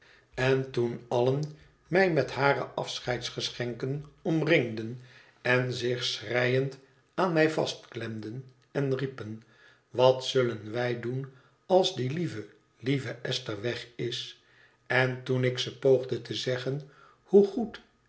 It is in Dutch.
en toen allen mij met hare afscheidsgeschenken omringden en zich schreiend aan mij vastklemden en riepen wat zullen wij doen als die lieve lieve esther weg is en toen ik ze poogde te zeggen hoe goed